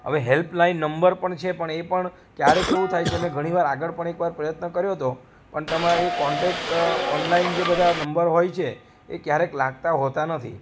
હવે helpline number પણ છે એ પણ ક્યારેક એવું થાયે છે ઘણી વાર આગળ પણ એક વાર પ્રયત્ન કર્યો હતો પણ તમે એ કોન્ટેક ઓનલાઇન જે બધા નંબર હોય છે ક્યારેક લાગતા હોતા નથી